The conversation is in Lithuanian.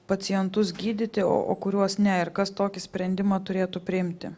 pacientus gydyti o kuriuos ne ir kas tokį sprendimą turėtų priimti